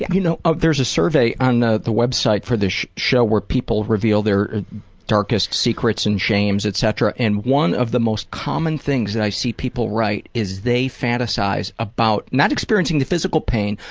yeah you know ah there's a survey on the the website for this show where people reveal their darkest secrets and shames, etc. and one of the most common things that i see people write is they fantasize about not experiencing the physical pain,